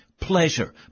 pleasure